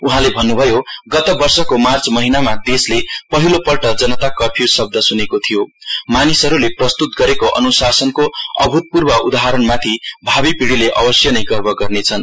उहाँले भन्नुभयो गत वर्षको मार्च महिनामा देशले पहिलो पल्ट जनता कर्फ्यु शब्द सुनेको थियो मानिसहरुले प्रस्तुत गरेको अनुशासनको अभूतपूर्व उदाहरणमाथि भावि पीढ़ीले अवश्य नै गर्व गर्नेछन्